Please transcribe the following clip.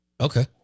okay